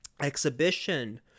exhibition